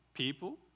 People